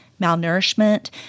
malnourishment